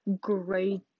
great